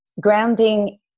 grounding